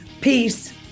peace